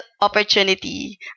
opportunity